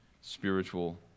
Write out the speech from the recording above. spiritual